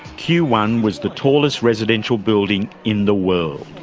q one was the tallest residential building in the world,